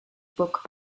book